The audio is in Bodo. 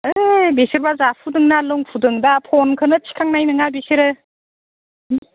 ओइ बिसोरबा जाफुदोंना लोंफुदों दा फ'नखौनो थिखांनाय नङा बिसोरो